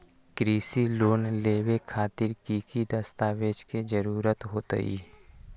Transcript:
कृषि लोन लेबे खातिर की की दस्तावेज के जरूरत होतई?